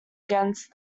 against